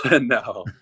No